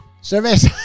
service